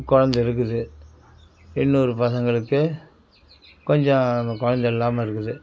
கொழந்தை இருக்குது இன்னொரு பசங்களுக்கு கொஞ்சம் கொழந்தை இல்லாமல் இருக்குது